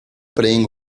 playing